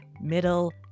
middle